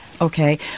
Okay